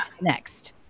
next